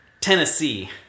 Tennessee